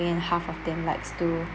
shopping and half of them likes to